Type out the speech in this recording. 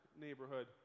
Neighborhood